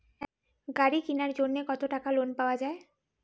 গাড়ি কিনার জন্যে কতো টাকা লোন পাওয়া য়ায়?